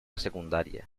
secundaria